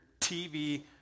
TV